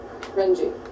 Renji